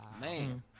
Man